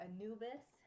Anubis